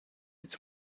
its